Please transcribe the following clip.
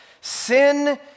Sin